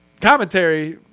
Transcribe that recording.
commentary